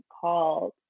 called